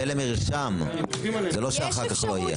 זה לא שאחר כך לא יהיה.